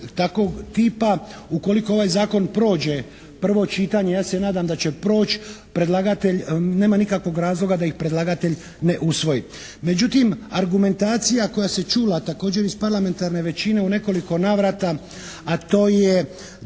takvog tipa ukoliko ovaj zakon prođe prvo čitanje, ja se nadam da će proći, predlagatelj nema nikakvog razloga da ih predlagatelj ne usvoji. Međutim argumentacija koja se čula također iz parlamentarne većine u nekoliko navrata, a to je